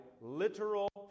literal